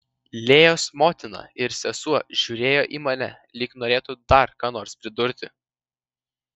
lėjos motina ir sesuo žiūrėjo į mane lyg norėtų dar ką nors pridurti